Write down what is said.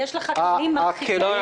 יש לך כלים מרחיקי לכת,